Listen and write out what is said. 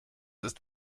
ist